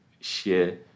share